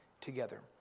together